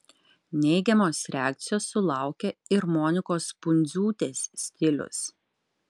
neigiamos reakcijos sulaukė ir monikos pundziūtės stilius